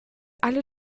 alle